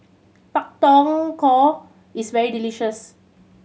Pak Thong Ko is very delicious